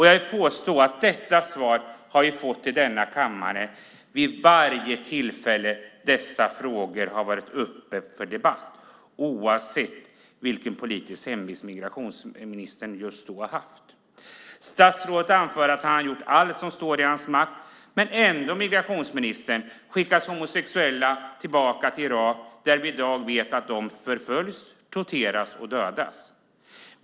Jag vill påstå att det svaret har vi fått i denna kammare varje gång dessa frågor har varit uppe till debatt oavsett vilken politisk hemvist migrationsministern just då har haft. Statsrådet anför att han har gjort allt som står i hans makt. Ändå, migrationsministern, skickas homosexuella tillbaka till Irak där vi vet att de i dag förföljs, torteras och dödas.